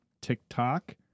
TikTok